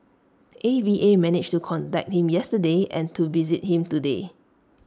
A V A managed to contact him yesterday and to visit him today